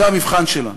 זה המבחן שלנו.